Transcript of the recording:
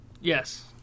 Yes